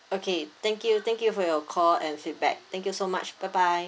okay thank you thank you for your call and feedback thank you so much bye bye